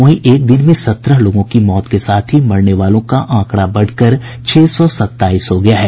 वहीं एक दिन में सत्रह लोगों की मौत के साथ ही मरने वालों का आंकड़ा बढ़कर छह सौ सत्ताईस हो गया है